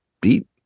beat